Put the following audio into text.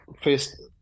first